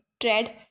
tread